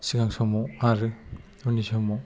सिगां समाव आरो उननि समाव